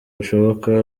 bushoboka